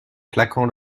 claquant